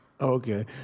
Okay